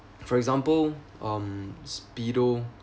for example um speedo